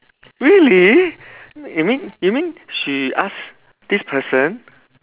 really you mean you mean she ask this person